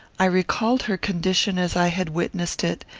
i recalled her condition as i had witnessed it,